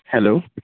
hello